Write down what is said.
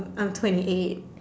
I'm twenty eight